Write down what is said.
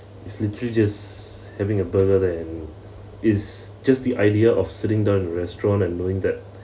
is literally just having a burger there and is just the idea of sitting down in a restaurant and knowing that